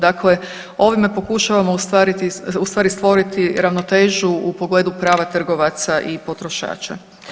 Dakle, ovime pokušavamo u stvari stvoriti ravnotežu u pogledu prava trgovaca i potrošača.